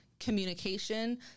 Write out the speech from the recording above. communication